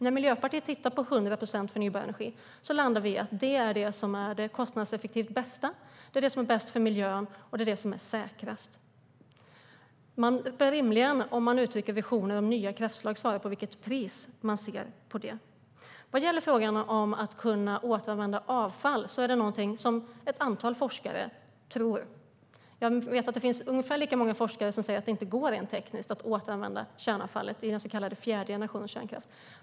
När Miljöpartiet tittar på 100 procent förnybar energi landar vi i att det är det mest kostnadseffektiva, bäst för miljön och säkrast. Om man uttrycker visionen om nya kraftslag bör man rimligen svara på vilket pris man ser på det. Vad gäller frågan om att kunna återanvända avfall är det ungefär lika många forskare som säger att det inte går rent tekniskt att återanvända kärnavfallet i den så kallade fjärde generationens kärnkraft.